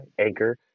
Anchor